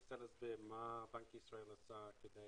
אנסה להסביר מה בנק ישראל עשה כדי